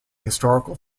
historical